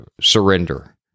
surrender